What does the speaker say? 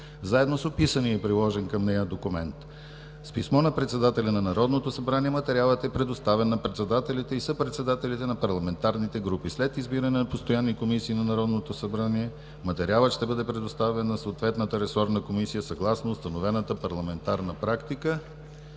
заедно с описания и приложен към нея документ. С писмо на председателя на Народното събрание материалът е предоставен на председателите и съпредседателите на парламентарните групи. След избиране на постоянни комисии на Народното събрание материалът ще бъде предоставен на съответната ресорна комисия, съгласно установената парламентарна практика.